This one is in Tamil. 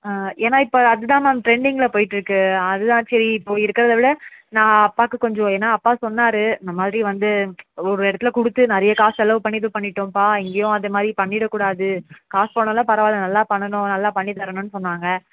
ஆ ஏன்னால் இப்போ அதுதான் மேம் ட்ரெண்டிங்கில் போய்விட்டு இருக்குது அதுதான் சரி இப்போது இருக்கிறத விட நான் அப்பாவுக்கு கொஞ்சம் ஏன்னால் அப்பா சொன்னார் இந்த மாதிரி வந்து ஒரு இடத்துல கொடுத்து நிறைய காசு செலவு பண்ணி இது பண்ணிவிட்டோம்பா இங்கேயும் அது மாதிரி பண்ணிவிட கூடாது காசு போனாலும் பரவாயில்ல நல்லா பண்ணணும் நல்லா பண்ணித்தரணும்னு சொன்னாங்க